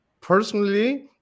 Personally